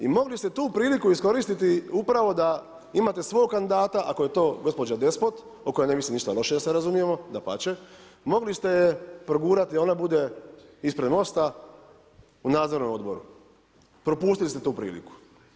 I mogli ste tu priliku iskoristiti upravo da imate svog kandidata, ako je to gospođa Despot, o kojoj ne mislim ništa loše da se razumijemo, dapače, mogli ste je progurati da ona bude ispred MOST-a u nadzornom odboru, propustili ste tu priliku.